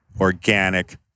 organic